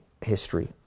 history